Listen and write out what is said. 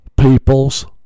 people's